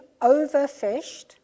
overfished